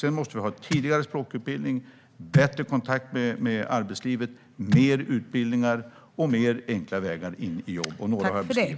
Vi måste ha tidigare språkutbildning, bättre kontakt med arbetslivet, fler utbildningar och fler enkla vägar in i jobb. Några har jag beskrivit.